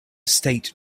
state